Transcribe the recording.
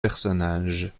personnages